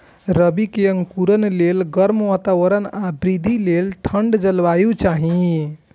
रबी के अंकुरण लेल गर्म वातावरण आ वृद्धि लेल ठंढ जलवायु चाही